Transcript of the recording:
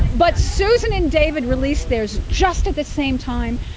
but susan and david released theirs just at the same time,